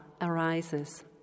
arises